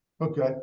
Okay